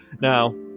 Now